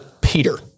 Peter